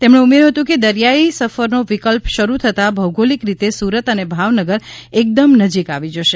તેમણે ઉમેર્યું હતું કે દરિયાઈ સફરનો વિકલ્પ શરૂ થતાં ભૌગોલિક રીતે સુરત અને ભાવનગર એકદમ નજીક આવી જશે